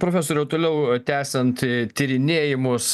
profesoriau toliau tęsiant tyrinėjimus